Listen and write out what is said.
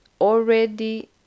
already